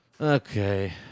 Okay